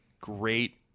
great